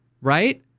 Right